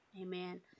amen